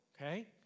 okay